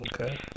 Okay